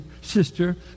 sister